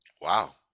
Wow